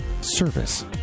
service